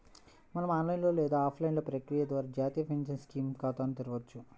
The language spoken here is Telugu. మనం ఆన్లైన్ లేదా ఆఫ్లైన్ ప్రక్రియ ద్వారా జాతీయ పెన్షన్ స్కీమ్ ఖాతాను తెరవొచ్చు